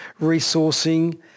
resourcing